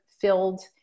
filled